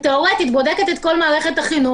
אבל תיאורטית אם את בודקת את כל מערכת החינוך,